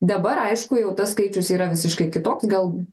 dabar aišku jau tas skaičius yra visiškai kitoks gal